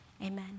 amen